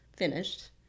Finished